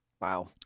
Wow